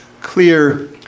clear